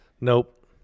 Nope